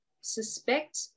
suspect